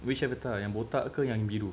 which avatar yang botak ke yang biru